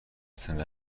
ختنه